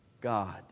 God